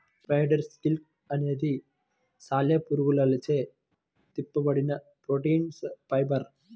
spider silk అనేది సాలెపురుగులచే తిప్పబడిన ప్రోటీన్ ఫైబర్